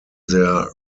their